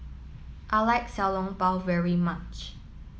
I like Xiao Long Bao very much